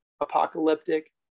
apocalyptic